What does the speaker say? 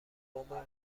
بابامو